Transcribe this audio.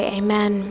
amen